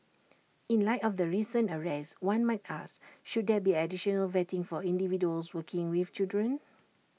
in light of the recent arrest one might ask should there be additional vetting for individuals working with children